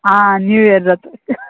आं new year जाता